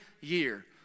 year